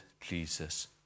jesus